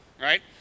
right